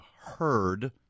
heard